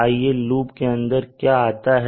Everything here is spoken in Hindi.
आइए देखें लूप के अंदर क्या आता है